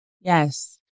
Yes